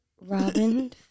Robin